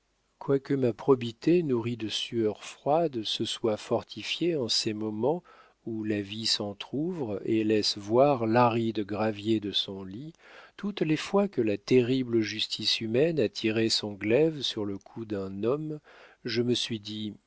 quoique ma probité nourrie de sueurs froides se soit fortifiée en ces moments où la vie s'entr'ouvre et laisse voir l'aride gravier de son lit toutes les fois que la terrible justice humaine a tiré son glaive sur le cou d'un homme je me suis dit